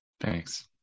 Thanks